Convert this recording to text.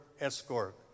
Escort